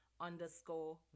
underscore